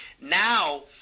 Now